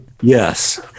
yes